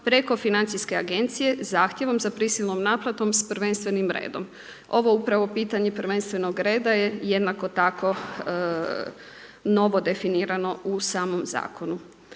prijeko Financijske agencije zahtjevom za prisilnom naplatom s prvenstvenim redom. Ovo upravo pitanje prvenstvenog reda je jednako tako novo definirano u samom zakonu.